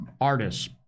artists